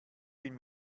bin